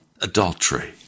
Adultery